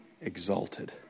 exalted